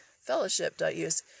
fellowship.us